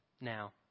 now